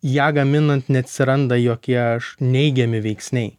ją gaminant neatsiranda jokie neigiami veiksniai